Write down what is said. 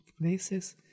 places